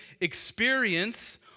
experience